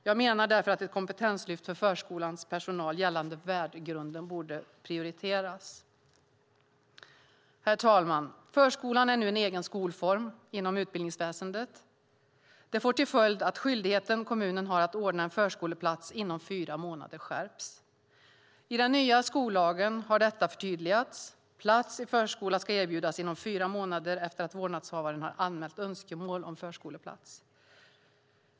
Jag menar därför att ett kompetenslyft för förskolans personal gällande värdegrunden borde prioriteras. Herr talman! Förskolan är nu en egen skolform inom utbildningsväsendet. Det får till följd att kommunens skyldighet att ordna en förskoleplats inom fyra månader skärps. I den nya skollagen har detta förtydligats. Plats i förskola ska erbjudas inom fyra månader efter att vårdnadshavaren har anmält önskemål om förskoleplats.